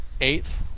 eighth